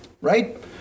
right